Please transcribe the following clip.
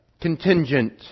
contingent